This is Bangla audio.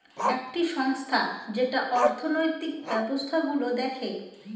একটি সংস্থা যেটা অর্থনৈতিক ব্যবস্থা গুলো দেখে